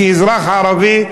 כאזרח ערבי,